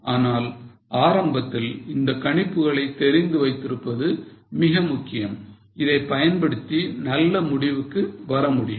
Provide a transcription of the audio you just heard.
ஆனால் ஆரம்பத்தில் இந்த கணிப்புகளை தெரிந்து வைத்திருப்பது மிக முக்கியம் இதைப் பயன்படுத்தி நல்ல முடிவுக்கு வர முடியும்